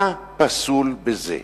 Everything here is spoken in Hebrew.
מה פסול בזה?